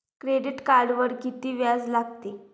Credit कार्डवर किती व्याज लागते?